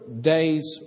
day's